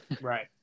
Right